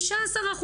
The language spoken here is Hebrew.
15%,